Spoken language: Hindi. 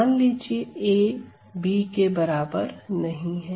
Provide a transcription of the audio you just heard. मान लीजिए a b के बराबर नहीं है